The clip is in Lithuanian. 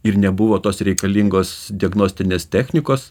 ir nebuvo tos reikalingos diagnostinės technikos